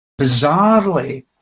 bizarrely